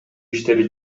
иштери